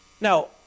Now